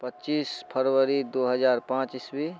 पच्चीस फरवरी दू हजार पाँच ईस्वी